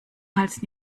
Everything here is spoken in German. hals